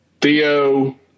Theo